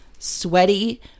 sweaty